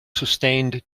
sustained